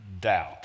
doubt